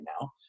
now